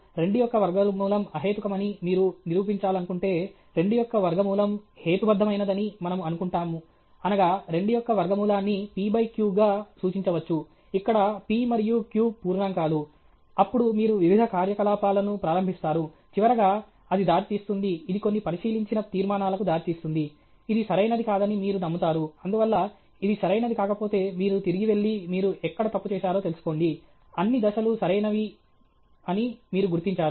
2 యొక్క వర్గమూలం అహేతుకమని మీరు నిరూపించాలనుకుంటే 2 యొక్క వర్గమూలం హేతుబద్ధమైనదని మనము అనుకుంటాము అనగా 2 యొక్క వర్గమూలాన్ని p q గా సూచించవచ్చు ఇక్కడ p మరియు q పూర్ణాంకాలు అప్పుడు మీరు వివిధ కార్యకలాపాలను ప్రారంభిస్తారు చివరగా అది దారి తీస్తుంది ఇది కొన్ని పరిశీలించిన తీర్మానాలకు దారి తీస్తుంది ఇది సరైనది కాదని మీరు నమ్ముతారు అందువల్ల ఇది సరైనది కాకపోతే మీరు తిరిగి వెళ్లి మీరు ఎక్కడ తప్పు చేశారో తెలుసుకోండి అన్ని దశలు సరైనవని మీరు గుర్తించారు